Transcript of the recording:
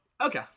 okay